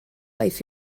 aeth